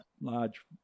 large